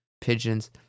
pigeons